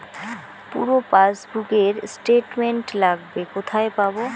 পুরো পাসবুকের স্টেটমেন্ট লাগবে কোথায় পাব?